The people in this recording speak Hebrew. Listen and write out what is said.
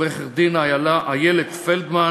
עורכת-דין איילת פלדמן